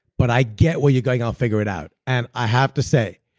but i get where you're going, i'll figure it out. and i have to say,